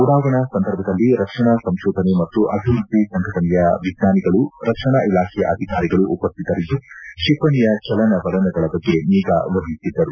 ಉಡಾವಣಾ ಸಂದರ್ಭದಲ್ಲಿ ರಕ್ಷಣಾ ಸಂಶೋಧನೆ ಮತ್ತು ಅಭಿವೃದ್ಧಿ ಸಂಘಟನೆಯ ವಿಜ್ಞಾನಿಗಳು ರಕ್ಷಣಾ ಇಲಾಖೆಯ ಅಧಿಕಾರಿಗಳು ಉಪಶ್ವಿತರಿದ್ದು ಕ್ಷಿಪಣಿಯ ಚಲನವಲನಗಳ ಬಗ್ಗೆ ನಿಗಾ ವಹಿಸಿದ್ದರು